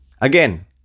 Again